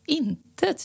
inte